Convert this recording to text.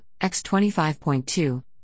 X25.2